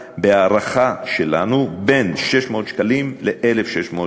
בהערכה שלנו, בין 600 שקלים ל-1,600 שקלים.